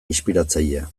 inspiratzailea